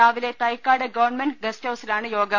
രാവിലെ Thycaud government guest ഹൌസിലാണ് യോഗം